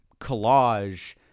collage